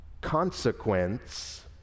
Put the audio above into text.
consequence